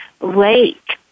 lake